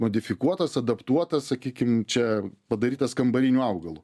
modifikuotas adaptuotas sakykim čia padarytas kambariniu augalu